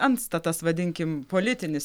antstatas vadinkim politinis